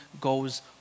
goes